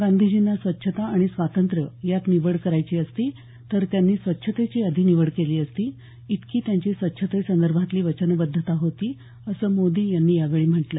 गांधीजींना स्वच्छता आणि स्वातंत्र्य यात निवड करायची असती तर त्यांनी स्वच्छतेची आधी निवड केली असती येवढी त्यांची स्वच्छते संदर्भातील वचनबद्धता होती असं मोदी यांनी यावेळी म्हटलं